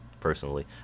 Personally